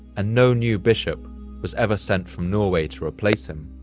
and no new bishop was ever sent from norway to replace him.